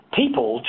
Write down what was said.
people